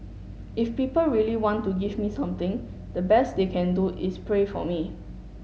if people really want to give me something the best they can do is pray for me